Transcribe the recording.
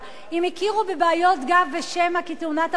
אם הכירו בבעיות גב ושמע כתאונת עבודה,